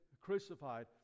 crucified